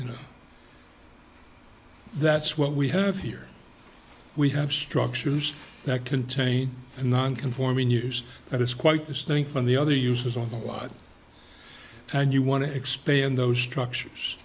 you know that's what we have here we have structures that contain a non conforming use that is quite distinct from the other uses a whole lot and you want to expand those structures